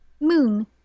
moon